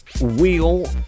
wheel